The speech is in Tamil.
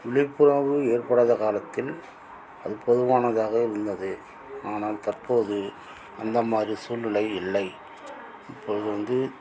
விழிப்புணர்வு ஏற்படாத காலத்தில் அது போதுமானதாக இருந்தது ஆனால் தற்போது அந்த மாதிரி சூழ்நிலை இல்லை இப்போது வந்து